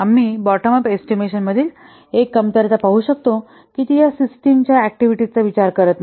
आम्ही bottom up एस्टिमेशनातील एक कमतरता पाहु शकतो की ती या सिस्टिम या ऍक्टिव्हिटीज चा विचार करत नाही